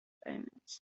omens